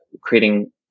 creating